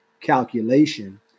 calculation